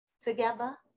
together